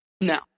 no